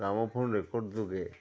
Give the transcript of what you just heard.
gramophone ৰেকৰ্ডযোগে